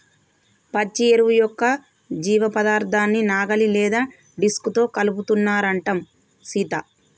పచ్చి ఎరువు యొక్క జీవపదార్థాన్ని నాగలి లేదా డిస్క్ తో కలుపుతారంటం సీత